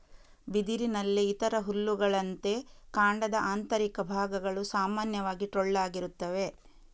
ಬಿದಿರಿನಲ್ಲಿ ಇತರ ಹುಲ್ಲುಗಳಂತೆ, ಕಾಂಡದ ಆಂತರಿಕ ಭಾಗಗಳು ಸಾಮಾನ್ಯವಾಗಿ ಟೊಳ್ಳಾಗಿರುತ್ತವೆ